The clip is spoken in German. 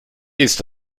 ist